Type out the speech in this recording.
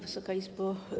Wysoka Izbo!